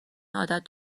عادت